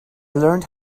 learned